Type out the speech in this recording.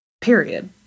Period